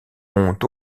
ont